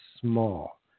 small